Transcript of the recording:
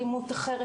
אלימות אחרת.